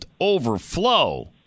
overflow